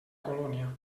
colònia